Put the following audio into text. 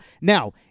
Now